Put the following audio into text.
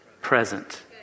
present